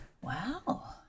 Wow